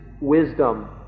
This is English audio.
wisdom